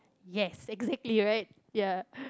yes exactly right ya